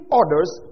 orders